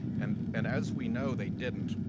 and and as we know, they didn't.